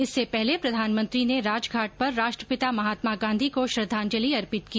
इससे पहले प्रधानमंत्री ने राजघाट पर राष्ट्रपिता महात्मा गांधी को श्रद्वांजलि अर्पित की